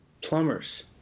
plumbers